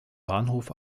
bahnhof